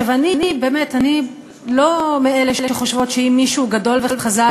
אני לא מאלה שחושבות שאם מישהו הוא גדול וחזק